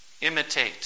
imitate